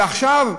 ועכשיו,